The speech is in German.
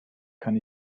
kann